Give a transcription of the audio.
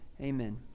amen